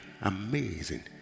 amazing